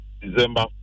December